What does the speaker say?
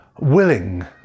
willing